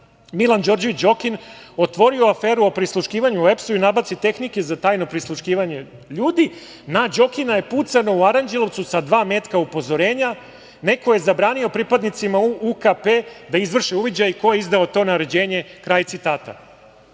Milan Đorđević Đokin otvorio aferu o prisluškivanju u EPS-u i nabavci tehnike za tajno prisluškivanje ljudi, na Đokina je pucano u Aranđelovcu sa dva metka upozorenja. Neko je zabranio pripadnicima UKP-a da izvrše uviđaj. Ko je izdao to naređenje?“, kraj citata. Taj